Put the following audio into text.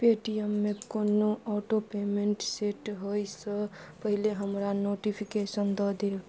पेटीएममे कोनो auto payment set होइसँ पहिले हमरा नोटिफिकेशन दऽ देब